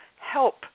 help